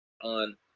on